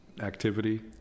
activity